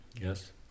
Yes